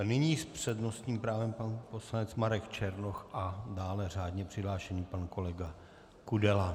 Nyní s přednostním právem pan poslanec Marek Černoch a dále řádně přihlášený pan kolega Kudela.